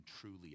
truly